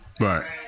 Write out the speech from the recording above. Right